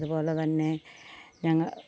അതു പോലെ തന്നെ ഞങ്ങൾ